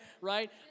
right